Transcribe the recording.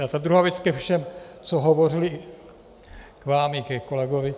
A ta druhá věc ke všem, co hovořili, k vám i ke kolegovi.